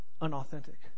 unauthentic